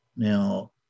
Now